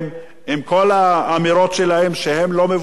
עם כל האמירות שלהם שהן לא מבוססות,